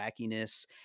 wackiness